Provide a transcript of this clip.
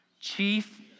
chief